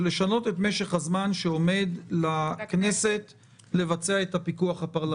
זה לשנות את משך הזמן שעומד לכנסת לבצע את הפיקוח הפרלמנטרי.